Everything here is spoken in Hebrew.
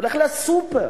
הולך לסופר,